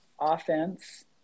offense